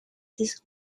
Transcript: this